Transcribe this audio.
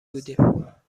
بودیم